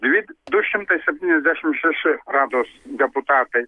lyg du šimtai septyniasdešimt šeši rados deputatai